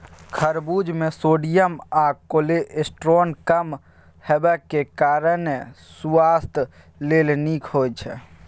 खरबुज मे सोडियम आ कोलेस्ट्रॉल कम हेबाक कारणेँ सुआस्थ लेल नीक होइ छै